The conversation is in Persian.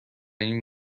این